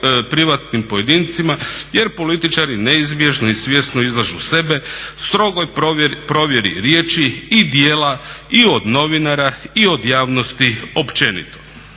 privatnim pojedincima jer političari neizbježno i svjesno izlažu sebe strogoj provjeri riječi i djela i od novinara i od javnosti općenito.